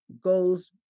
goes